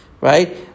right